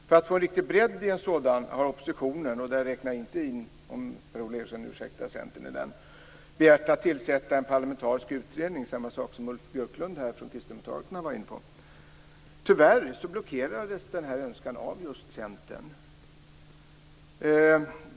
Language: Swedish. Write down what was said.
För att få en riktig bredd i en sådan har oppositionen - där räknar jag inte in Centern, om Per Ola Eriksson ursäktar - begärt att få tillsätta en parlamentarisk utredning. Samma sak var Ulf Björklund från Kristdemokraterna inne på. Tyvärr blockerades denna önskan av just Centern.